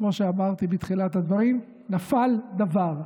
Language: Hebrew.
כמו שאמרתי בתחילת הדברים, נפל דבר.